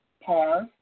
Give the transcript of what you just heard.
pause